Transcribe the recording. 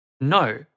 No